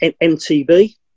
MTB